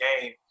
game